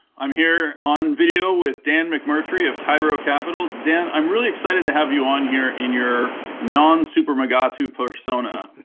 i'm here on video with dan mcmurtrie of tyro capital. dan, i'm really excited to have you on here in your non-supermugatu persona.